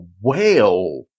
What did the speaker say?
whale